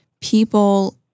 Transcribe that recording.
people—